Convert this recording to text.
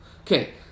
okay